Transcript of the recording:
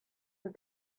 were